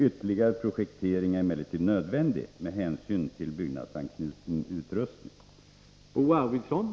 Ytterligare projektering är emellertid nödvändig med hänsyn till byggnadsanknuten utrustning.